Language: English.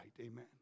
Amen